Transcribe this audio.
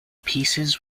pieces